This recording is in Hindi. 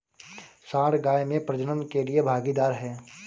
सांड गाय में प्रजनन के लिए भागीदार है